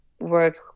work